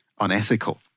unethical